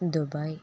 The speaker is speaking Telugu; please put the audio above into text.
దుబాయ్